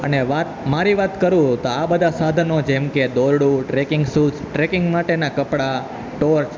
અને વાત મારી વાત કરું તો આ બધાં સાધનો જેમકે દોરડું ટ્રેકિંગ શૂઝ ટ્રેકિંગ માટેનાં કપડાં ટોર્ચ